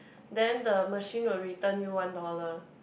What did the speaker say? then the machine will return you one dollar